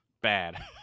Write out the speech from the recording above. bad